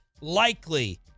likely